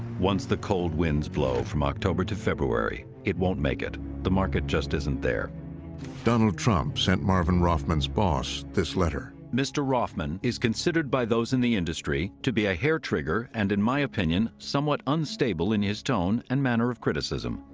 once the cold winds blow from october to february, it won't make it. the market just isn't there. narrator donald trump sent marvin roffman's boss this letter. mr. roffman is considered by those in the industry to be a hair-trigger and, in my opinion, somewhat unstable in his tone and manner of criticism.